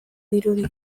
dirudi